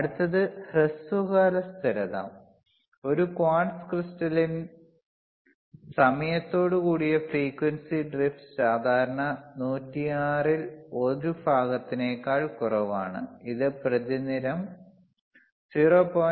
അടുത്തത് ഹ്രസ്വകാല സ്ഥിരത ഒരു ക്വാർട്സ് ക്രിസ്റ്റലിൽ സമയത്തോടുകൂടിയ ഫ്രീക്വൻസി ഡ്രിഫ്റ്റ് സാധാരണ 106 ൽ 1 ഭാഗത്തിനേക്കാൾ കുറവാണ് ഇത് പ്രതിദിനം 0